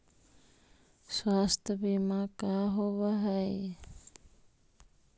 स्वास्थ्य बीमा का होव हइ?